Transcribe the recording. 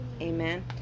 amen